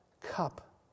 cup